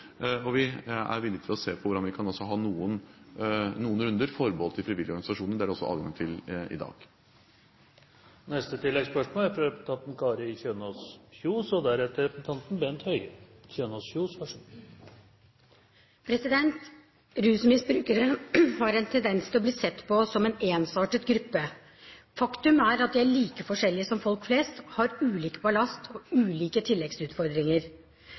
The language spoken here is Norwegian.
Og vi er villig til å se på hvordan vi kan ha noen runder forbeholdt de frivillige organisasjonene. Det er det også adgang til i dag. Kari Kjønaas Kjos – til oppfølgingsspørsmål. Det er en tendens at rusmisbrukere blir sett på som en ensartet gruppe. Faktum er at de er like forskjellige som folk flest – har ulik ballast og ulike tilleggsutfordringer.